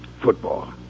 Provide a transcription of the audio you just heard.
Football